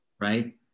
right